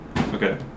Okay